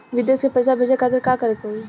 विदेश मे पैसा भेजे खातिर का करे के होयी?